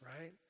right